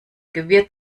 gewirr